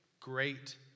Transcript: Great